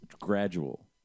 gradual